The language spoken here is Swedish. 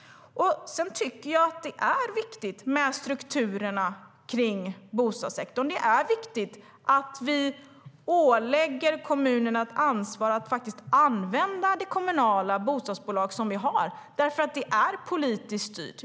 Sedan tycker jag att det är viktigt med strukturerna kring bostadssektorn. Det är viktigt att vi ålägger kommunerna ett ansvar att faktiskt använda de kommunala bostadsbolag som vi har. Det är nämligen politiskt styrt.